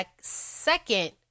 second